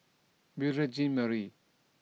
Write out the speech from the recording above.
Beurel Jean Marie